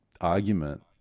argument